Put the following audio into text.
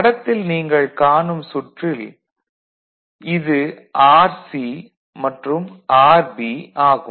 படத்தில் நீங்கள் காணும் சுற்றில் இது RC மற்றும் இது RB ஆகும்